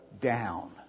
down